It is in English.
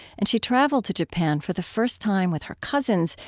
and she traveled to japan for the first time, with her cousins,